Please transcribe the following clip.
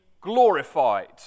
glorified